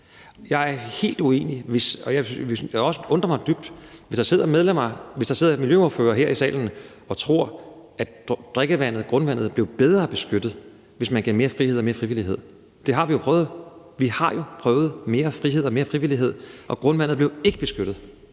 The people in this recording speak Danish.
Jeg er helt uenig – og det ville også undre mig dybt – hvis der sidder miljøordførere her i salen og tror, at drikkevandet, grundvandet, blev bedre beskyttet, hvis man gav mere frihed og mere frivillighed. Det har vi jo prøvet. Vi har prøvet mere frihed og mere frivillighed, og grundvandet blev ikke beskyttet.